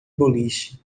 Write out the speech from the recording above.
boliche